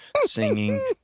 singing